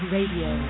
Radio